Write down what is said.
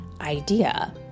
idea